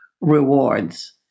rewards